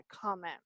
comment